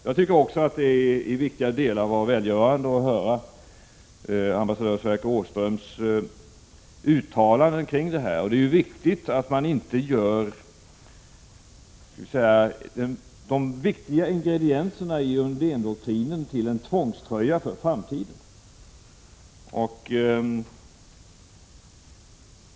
Jag tycker också att det i viktiga delar var välgörande att höra ambassadör Sverker Åströms uttalanden kring detta. Det är viktigt att inte göra de väsentliga ingredienserna i Undéndoktrinen till en tvångströja för framtiden.